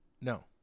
No